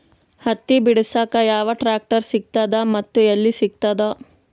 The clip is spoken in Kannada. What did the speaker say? ಹತ್ತಿ ಬಿಡಸಕ್ ಯಾವ ಟ್ರಾಕ್ಟರ್ ಸಿಗತದ ಮತ್ತು ಎಲ್ಲಿ ಸಿಗತದ?